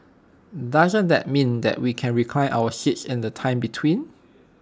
doesn't that mean that we can recline our seats in the time between